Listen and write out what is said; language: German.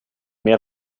mehr